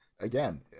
again